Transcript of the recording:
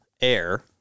air